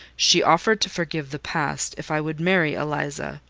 she offered to forgive the past, if i would marry eliza.